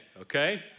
Okay